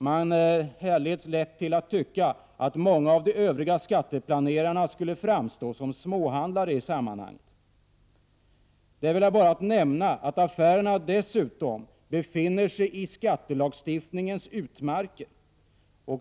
Man förleds lätt att tycka att många av de övriga skatteplanerarna skulle framstå som småhandlare i sammanhanget. Affärerna befinner sig dessutom i skattelagstiftningens utmarker.